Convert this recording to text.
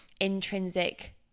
intrinsic